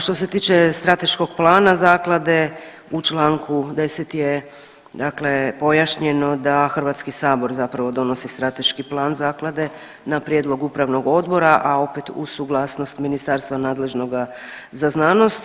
Što se tiče strateškog plana zaklade u Članku 10. je dakle pojašnjeno da Hrvatski sabor zapravo donosi strateški plan zaklade na prijedlog upravnog odbora, a opet uz suglasnost ministarstva nadležnoga za znanost.